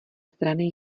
strany